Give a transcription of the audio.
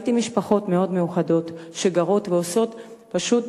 ראיתי משפחות מאוד מיוחדות, שגרות ועושות פשוט